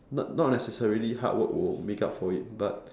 not not necessarily hard work will make up for it but